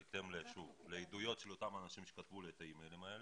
שוב בהתאם לעדויות של אותם אנשים שכתבו לי את האי-מיילים האלה.